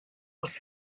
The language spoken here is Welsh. wrth